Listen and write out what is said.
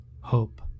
Hope